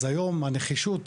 אז היום הנחישות,